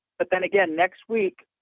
but then again, next week,